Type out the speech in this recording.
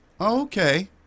okay